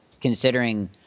considering